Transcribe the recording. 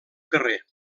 carrer